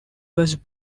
was